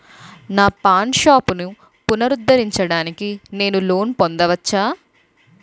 నా పాన్ షాప్ని పునరుద్ధరించడానికి నేను లోన్ పొందవచ్చా?